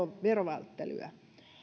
verovälttelyä